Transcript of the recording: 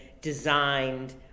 designed